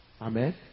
Amen